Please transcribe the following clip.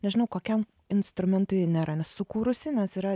nežinau kokiam instrumentui ji nėra sukūrusi nes yra